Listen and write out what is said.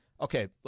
Okay